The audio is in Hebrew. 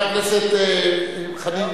זאת היתה